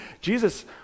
Jesus